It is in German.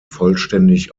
vollständig